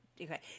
okay